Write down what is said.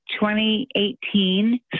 2018